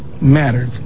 mattered